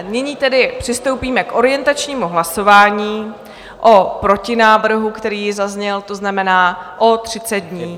Nyní tedy přistoupíme k orientačnímu hlasování o protinávrhu, který zazněl, to znamená o 30 dní.